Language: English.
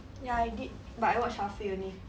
ya I did but I watched halfway only